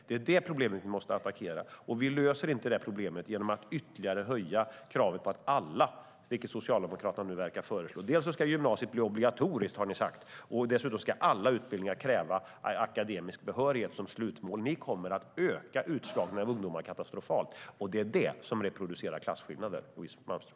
Det är det problemet vi måste attackera. Men vi löser inte det problemet genom att ytterligare höja kravet till att gälla alla, vilket Socialdemokraterna nu verkar föreslå. Gymnasiet ska bli obligatoriskt, har ni sagt, och dessutom ska alla utbildningar ha akademisk behörighet som slutmål. Ni kommer att öka utslagningen av ungdomar katastrofalt, och det är det som reproducerar klasskillnader, Louise Malmström.